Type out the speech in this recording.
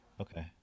Okay